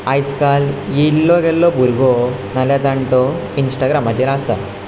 आयज काल येयल्लो गेल्लो भुरगो नाल्या जाणटो इन्स्टाग्रामाचेर आसा